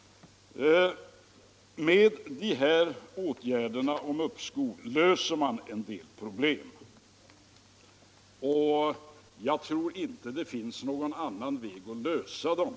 Med dessa åtgärder beträffande uppskov löser man en del problem, och jag tror inte att det finns någon annan väg att lösa dem.